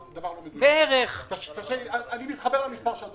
יש שם שאלות, שיכול להיות שחלק מן הביצוע ייתקע.